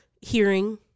hearing